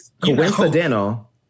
Coincidental